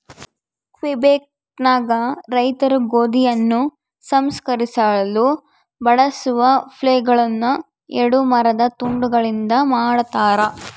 ಕ್ವಿಬೆಕ್ನಾಗ ರೈತರು ಗೋಧಿಯನ್ನು ಸಂಸ್ಕರಿಸಲು ಬಳಸುವ ಫ್ಲೇಲ್ಗಳುನ್ನ ಎರಡು ಮರದ ತುಂಡುಗಳಿಂದ ಮಾಡತಾರ